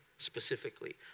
specifically